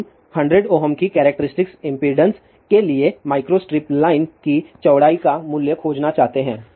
हम 100 Ω की characteristic impedance के लिए माइक्रोस्ट्रिप लाइन की चौड़ाई का मूल्य खोजना चाहते हैं